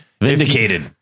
Vindicated